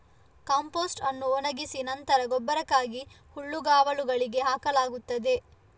compost ಅನ್ನು ಒಣಗಿಸಿ ನಂತರ ಗೊಬ್ಬರಕ್ಕಾಗಿ ಹುಲ್ಲುಗಾವಲುಗಳಿಗೆ ಹಾಕಲಾಗುತ್ತದೆ